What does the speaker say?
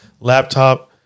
laptop